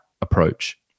approach